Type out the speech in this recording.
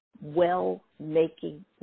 well-making